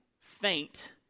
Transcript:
faint